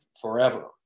forever